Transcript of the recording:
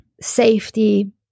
safety